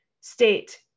state